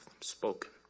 spoken